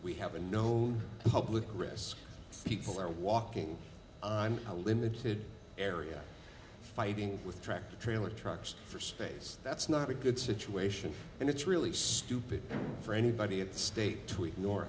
we haven't no public risk people are walking on a limited area fighting with tractor trailer trucks for space that's not a good situation and it's really stupid for anybody at state to ignore